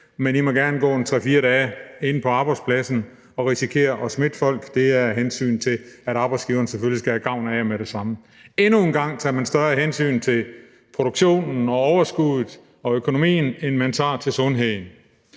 men I må gerne gå en 3-4 dage inde på arbejdspladsen og risikere at smitte folk; det er af hensyn til, at arbejdsgiverne selvfølgelig skal have gavn af jer med det samme. Endnu en gang tager man større hensyn til produktionen og overskuddet og økonomien, end man tager til sundheden.